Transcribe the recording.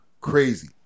crazy